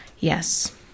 Yes